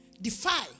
Defy